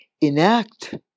enact